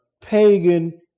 pagan